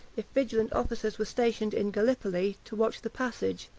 if vigilant officers were stationed in gallipoli, to watch the passage,